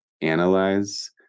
analyze